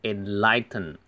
Enlighten